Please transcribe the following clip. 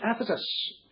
Ephesus